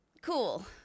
cool